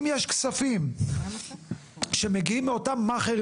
אם יש כספים שמגיעים מאותם מאכערים,